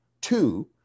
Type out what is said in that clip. Two